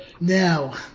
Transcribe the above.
Now